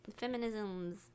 Feminisms